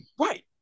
Right